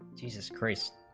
jesus christ